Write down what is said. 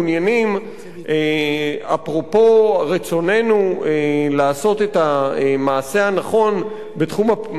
אפרופו רצוננו לעשות את המעשה הנכון בתחום המאבק נגד טרור,